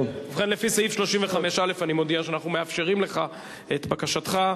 לפי סעיף 35(א) אני מודיע שאנחנו מאפשרים לך את בקשתך,